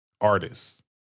artists